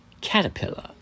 caterpillar